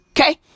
Okay